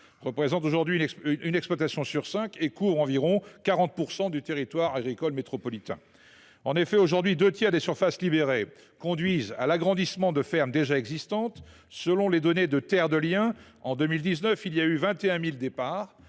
représentent aujourd’hui un cinquième de l’ensemble et couvrent environ 40 % du territoire agricole métropolitain. Aujourd’hui, deux tiers des surfaces libérées conduisent à l’agrandissement de fermes déjà existantes. Selon les données de Terre de Liens, en 2019, il y a eu 21 000 départs,